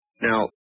Now